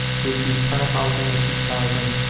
produced five thousand or six thousand,